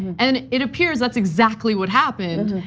and it appears that's exactly what happened.